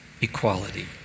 equality